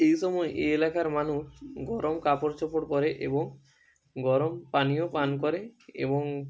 এই সময় এই এলাকার মানুষ গরম কাপড় চোপড় পরে এবং গরম পানীয় পান করে এবং